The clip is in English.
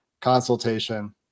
consultation